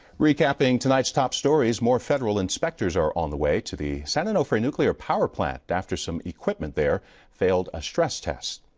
recapping tonight's top stories more federal inspectors are on the way to the san onofre nuclear power plant after equipment there failed a stress tests.